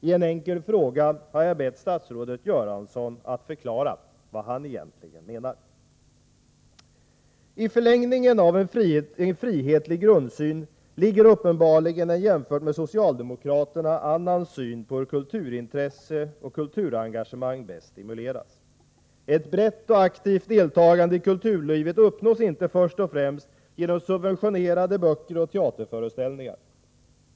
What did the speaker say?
I en enkel fråga har jag bett statsrådet Göransson att förklara vad han egentligen menar. I förlängningen av en frihetlig grundsyn ligger uppbarligen en jämfört med socialdemokraterna annan syn på hur kulturintresse och kulturengagemang bäst stimuleras. Ett brett och aktivt deltagande i kulturlivet uppnås inte först och främst genom subventionerade böcker och teaterföreställningar.